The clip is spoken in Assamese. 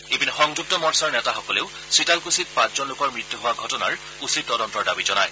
ইপিনে সংযুক্ত মৰ্চাৰ নেতাসকলেও চিতালকুছিত পাঁচজন লোকৰ মৃত্যু হোৱাৰ ঘটনাৰ উচিত তদন্তৰ দাবী জনায়